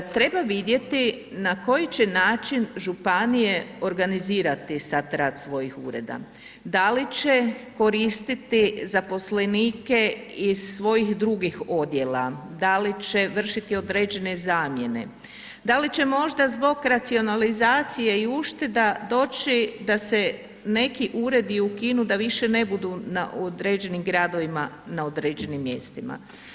Treba vidjeti na koji će način županije organizirati sad rad svojih ureda, da li će koristiti zaposlenike iz svojih drugih odjela, da li će vršiti određene zamjene, da li će možda zbog racionalizacije i ušteda doći da se neki uredi ukinu da više ne budu na određenim gradovima, na određenim mjestima.